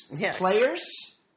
players